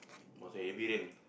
was a heavy rain